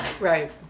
Right